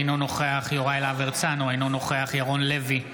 אינו נוכח יוראי להב הרצנו, אינו נוכח ירון לוי,